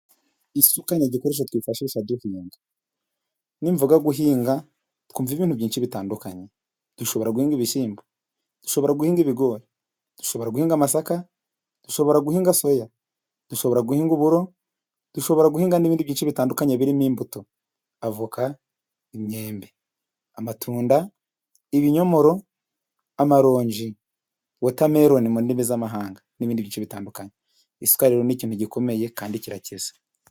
Isuka ni igikoresho twifasha duhinga. Nimvuga guhinga twumva ibintu byinshi bitandukanye. Dushobora guhinga ibishyimbo, dushobora guhinga ibigoriba, dushobora guhinga amasaka, dushobora guhinga soya, dushobora guhinga uburo, dushobora guhinga n'ibindi byinshi bitandukanye birimo imbuto: Avoka, imyembe, amatunda, ibinyomoro, amaronji, watermelon mu ndimi z'amahanga, n'ibindi byinshi bitandukanye. Isuka rero ni ikintu gikomeye kandi kirakiza.